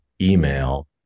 email